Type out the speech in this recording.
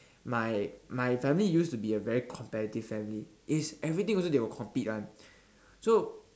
my my family used to be a very competitive family it's everything also they will compete one so